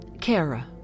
Kara